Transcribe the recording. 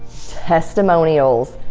testimonials.